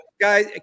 Guys